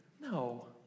No